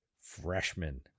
Freshman